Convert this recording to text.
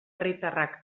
herritarrak